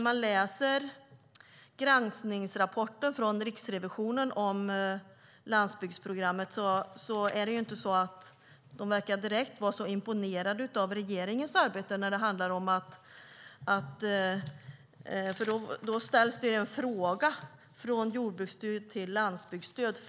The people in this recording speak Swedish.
I granskningsrapporten från Riksrevisionen om landsbygdsprogrammet verkar man inte vara så imponerad av regeringens arbete. Där skriver man: Från jordbruksstöd till landsbygdsstöd?